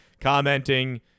commenting